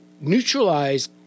neutralize